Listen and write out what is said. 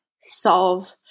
solve